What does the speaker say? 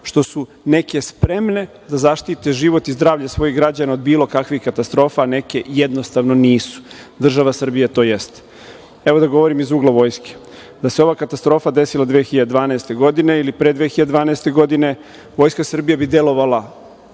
što su neke spremne da zaštite život i zdravlje svojih građana od bilo kakvih katastrofa, neke jednostavno nisu. Država Srbija to jeste. Evo, da govorim iz ugla vojske. Da se ova katastrofa desila 2012. godine ili pre 2012. godine, Vojska Srbije bi delovala,